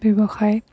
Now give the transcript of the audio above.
ব্যৱসায়